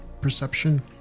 perception